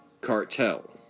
Cartel